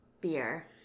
beer